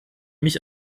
mich